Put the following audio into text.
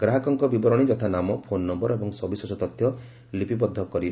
ଗ୍ରାହକଙ୍କ ବିବରଶୀ ଯଥା ନାମ ଫୋନ୍ ନ୍ୟର ଏବଂ ସବିଶେଷ ତଥ୍ୟ ଲିପିବଦ୍ଧ କରିରଖିବେ